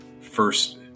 first